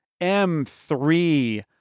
M3